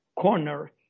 corner